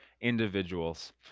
individuals